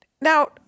now